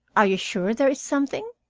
are you sure there is something?